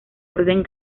orden